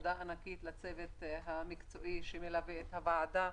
תודה ענקית לצוות המקצועי שמלווה את הוועדה.